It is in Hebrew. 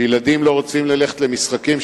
שילדים לא רוצים ללכת למשחקים,